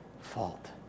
fault